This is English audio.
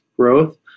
growth